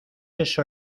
eso